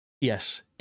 Yes